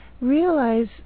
realize